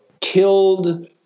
killed